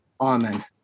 Amen